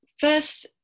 First